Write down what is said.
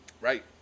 Right